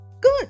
good